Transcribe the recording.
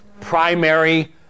primary